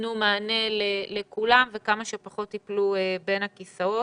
ייתנו מענה לכולם וכמה שפחות ייפלו בין הכיסאות.